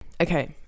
okay